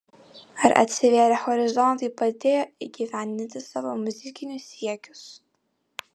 ar atsivėrę horizontai padėjo įgyvendinti savo muzikinius siekius